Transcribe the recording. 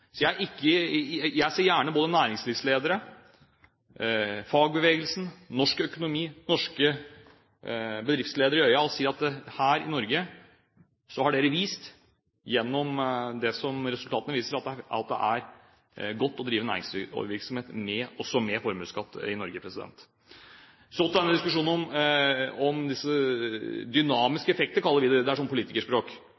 Jeg ser gjerne både næringslivsledere, fagbevegelsen, norsk økonomi og norske bedriftsledere i øynene og sier at her i Norge har dere vist gjennom resultatene at det er godt å drive næringsvirksomhet i Norge – også med formuesskatt. Så til denne diskusjonen om dynamiske effekter, som vi kaller det – det er politikerspråk. Det det handler om,